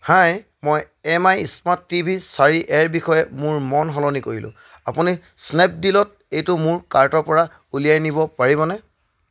হাই মই M I smart TV চাৰি এ ৰ বিষয়ে মোৰ মন সলনি কৰিলোঁ আপুনি স্নেপডীলত এইটো মোৰ কাৰ্টৰ পৰা উলিয়াই নিব পাৰিবনে